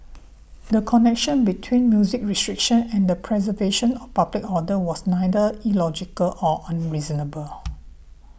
the connection between music restriction and the preservation of public order was neither illogical or unreasonable